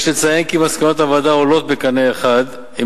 יש לציין כי מסקנות הוועדה עולות בקנה אחד עם